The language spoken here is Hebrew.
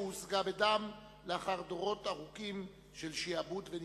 שהושגה בדם לאחר דורות ארוכים של שעבוד וניצול.